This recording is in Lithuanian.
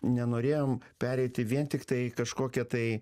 nenorėjom pereiti vien tiktai kažkokią tai